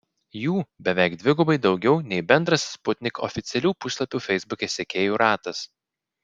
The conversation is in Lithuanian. jų beveik dvigubai daugiau nei bendras sputnik oficialių puslapių feisbuke sekėjų ratas